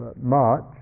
March